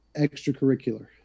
extracurricular